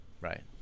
Right